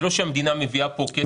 זה לא שהמדינה מביאה כאן כסף.